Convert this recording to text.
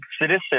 citizen